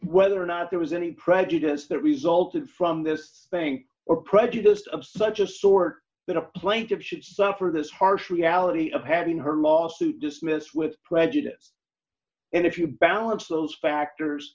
whether or not there was any prejudice that resulted from this bank or prejudiced of such a sort that a plaintive should suffer this harsh reality of having her lawsuit d dismissed with prejudice and if you balance those factors